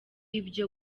ibyo